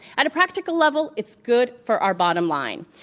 at a practical level, it's good for our bottom line.